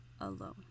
alone